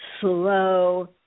slow